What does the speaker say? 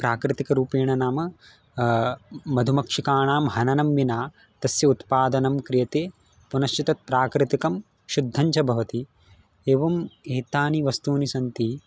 प्राकृतिकरूपेण नाम मधुमक्षिकाणां हननं विना तस्य उत्पादनं क्रियते पुनश्च तत् प्राकृतिकं शुद्धञ्च भवति एवम् एतानि वस्तूनि सन्ति